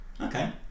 okay